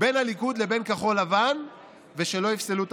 בין הליכוד לבין כחול לבן ושלא יפסלו את